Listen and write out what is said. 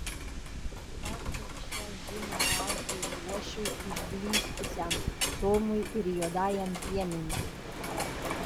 perduok šią žinią ralfui luošiui išblyškusiam tomui ir juodajam piemeniui